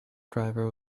driver